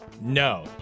No